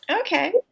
Okay